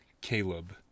caleb